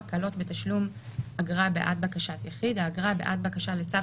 "הקלות בתשלום אגרה בעד בקשת יחיד 4 האגרה בעד בקשה לצו